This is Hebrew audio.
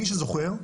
מי שזוכר,